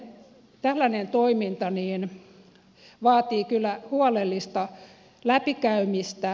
tällainen toiminta vaatii kyllä huolellista läpikäymistä